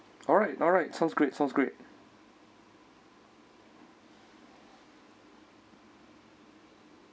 alright alright sounds great sounds great